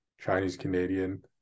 Chinese-Canadian